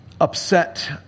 upset